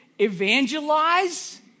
evangelize